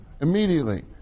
immediately